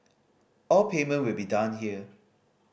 all payment will be done here